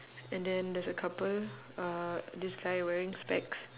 and then there's a couple uh this guy wearing specs